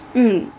mm